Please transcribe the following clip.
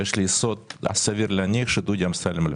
כשיש לי יסוד סביר להניח שדודי אמסלם לא.